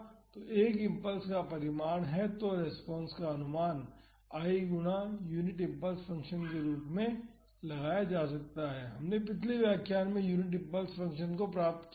तो I impulse का परिमाण है तो रेस्पॉन्स का अनुमान I गुना यूनिट इम्पल्स फंक्शन के रूप में लगाया जा सकता है हमने पिछले व्याख्यान में यूनिट इम्पल्स फंक्शन को प्राप्त किया था